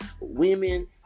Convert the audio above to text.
women